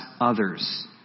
others